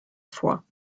foi